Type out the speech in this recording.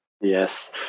Yes